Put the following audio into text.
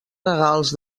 regals